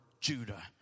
Judah